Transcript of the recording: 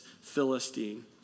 Philistine